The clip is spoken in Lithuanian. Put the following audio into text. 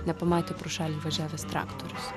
nepamatė pro šalį važiavę traktorius